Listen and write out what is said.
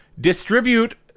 distribute